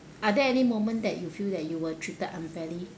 are there any moment that you feel that you were treated unfairly